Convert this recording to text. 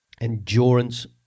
endurance